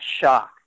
shock